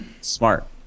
Smart